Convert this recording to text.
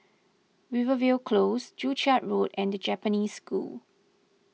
Rivervale Close Joo Chiat Road and the Japanese School